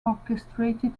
orchestrated